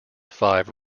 five